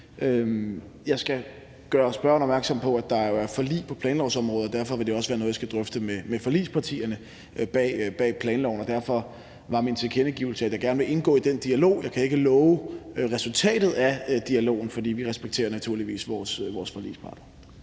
Jeg skal gøre spørgeren opmærksom på, at der jo er et forlig på planlovsområdet, og derfor vil det også være noget, jeg skal drøfte med forligspartierne bag planloven, og derfor var min tilkendegivelse, at jeg gerne vil indgå i den dialog. Jeg kan ikke love, hvad resultatet af dialogen bliver, for vi respekterer naturligvis vores forligsparter.